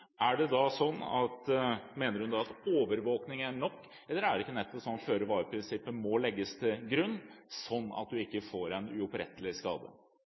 Mener hun at overvåkning er nok, eller er det ikke sånn at føre-var-prinsippet må legges til grunn, sånn at man ikke får en uopprettelig skade?